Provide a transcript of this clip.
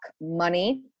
money